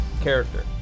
character